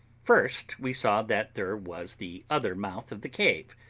first, we saw that there was the other mouth of the cave,